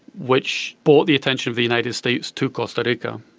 which brought the attention of the united states to costa rica,